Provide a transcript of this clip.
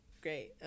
great